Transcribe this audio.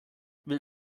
will